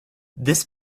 this